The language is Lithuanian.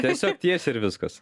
tiesiog tiesiai ir viskas